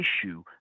issue